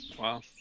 Wow